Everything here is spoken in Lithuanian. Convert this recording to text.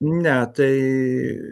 ne tai